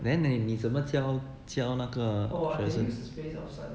then then 你怎么教教那个学生